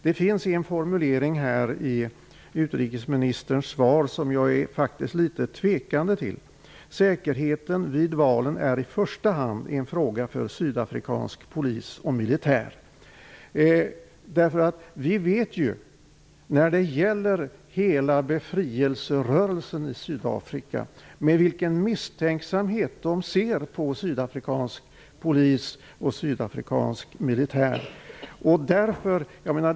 Det finns en formulering i utrikesministerns svar som jag är tveksam till: Säkerheten vid valen är i första hand en fråga för sydafrikansk polis och militär. Vi vet ju med vilken misstänksamhet hela befrielserörelsen i Sydafrika ser på sydafrikansk polis och militär.